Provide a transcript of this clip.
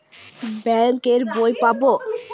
Bank এর বই পাবো?